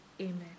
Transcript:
amen